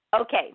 Okay